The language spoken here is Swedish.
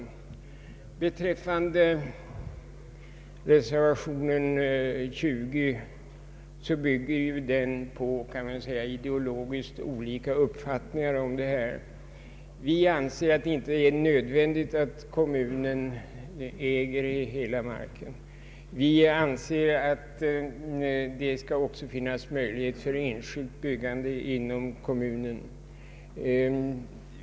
Reservationen 20 bygger på ideologiskt skilda uppfattningar om dessa frågor. Vi anser att det inte är nödvändigt att kommunen äger all mark. Vi anser att det också skall finnas möjlighet till enskilt byggande inom kommunen.